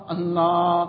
Allah